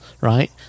right